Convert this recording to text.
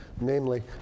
namely